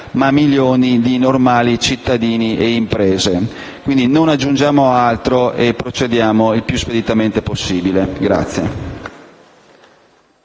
ma milioni di normali cittadini e imprese. Non aggiungiamo altro e procediamo il più speditamente possibile.